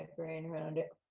brain around it. ah,